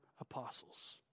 apostles